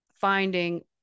finding